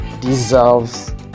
deserves